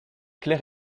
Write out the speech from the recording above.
claire